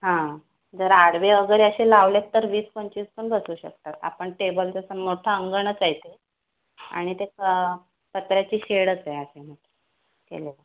हां जर आडवे वगैरे असे लावलेत तर वीस पंचवीस पण बसू शकतात आपण टेबल जसं मोठं अंगणच आहे ते आणि ते पत्र्याची शेडच आहे आतमध्ये केलं